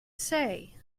say